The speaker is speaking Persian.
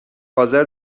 حاضر